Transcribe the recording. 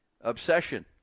obsession